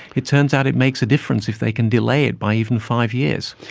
it turns out it makes a difference if they can delay it by even five years.